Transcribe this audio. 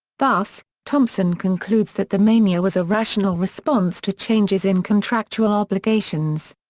thus, thompson concludes that the mania was a rational response to changes in contractual obligations.